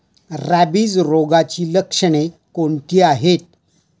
Rabies रोगाची लक्षणे कोणती आहेत?